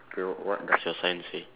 K what what does your sign say